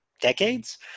decades